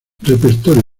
repertorio